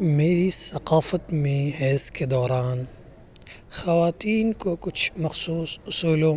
میری ثقافت میں حیض کے دوران خواتین کو کچھ مخصوص اصولوں